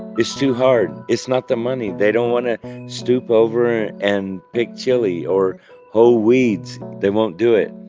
it's too hard. it's not the money. they don't want to stoop over and pick chili, or hoe weeds. they won't do it.